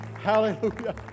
Hallelujah